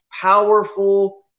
powerful